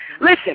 Listen